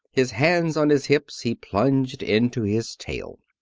his hands on his hips, he plunged into his tale.